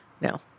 No